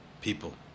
people